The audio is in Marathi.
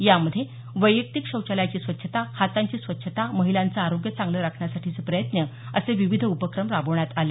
यामध्ये वैयक्तिक शौचालयाची स्वच्छता हातांची स्वच्छता महिलांचं आरोग्य चांगलं राखण्यासाठीचे प्रयत्न असे विविध उपक्रम राबवण्यात आले